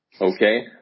okay